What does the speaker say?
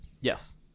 Yes